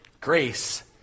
Grace